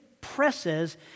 presses